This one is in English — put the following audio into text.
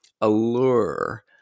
allure